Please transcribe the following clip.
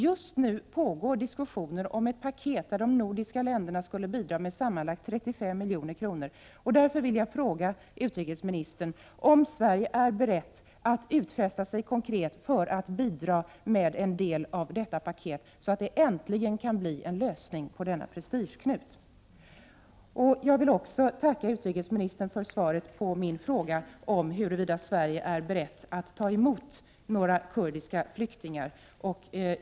Just nu pågår diskussioner om ett paket där de nordiska länderna skulle bidra med sammanlagt 35 milj.kr. Därför vill jag fråga utrikesministern om Sverige är berett att konkret utfästa sig att bidra med en del av detta paket, så att det äntligen kan bli en lösning av denna prestigeknut. Jag vill också tacka utrikesministern för svaret på min fråga huruvida Sverige är berett att ta emot några kurdiska flyktingar.